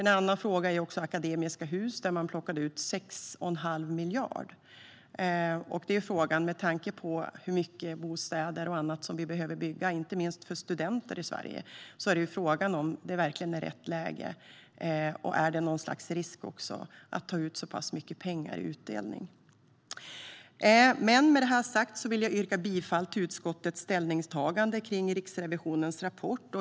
En annan fråga är Akademiska Hus, där man plockade ut 6,5 miljarder. Med tanke på hur mycket bostäder och annat som vi behöver bygga i Sverige, inte minst för studenter, är frågan om det verkligen är rätt läge. Är det något slags risk att ta ut så mycket pengar i utdelning? Med det sagt vill jag yrka bifall till utskottets ställningstagande till Riksrevisionens rapport.